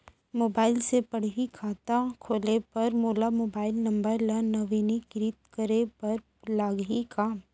Mobile से पड़ही खाता खोले बर मोला मोबाइल नंबर ल नवीनीकृत करे बर लागही का?